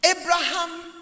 Abraham